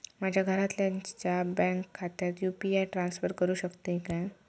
माझ्या घरातल्याच्या बँक खात्यात यू.पी.आय ट्रान्स्फर करुक शकतय काय?